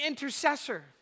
intercessor